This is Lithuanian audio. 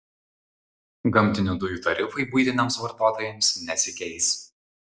gamtinių dujų tarifai buitiniams vartotojams nesikeis